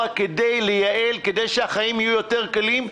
כדי לייעל כדי שהחיים יהיו יותר קלים?